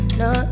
no